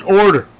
order